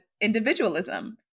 individualism